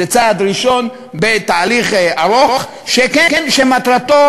זה צעד ראשון בתהליך ארוך שמטרתו,